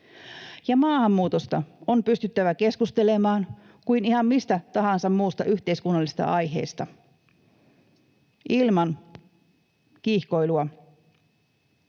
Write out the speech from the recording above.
Maahanmuutosta on pystyttävä keskustelemaan kuin ihan mistä tahansa muusta yhteiskunnallisesta aiheesta. Ilman kiihkoilua.